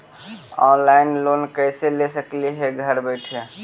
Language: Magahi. ऑनलाइन लोन कैसे ले सकली हे घर बैठे?